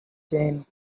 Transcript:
gain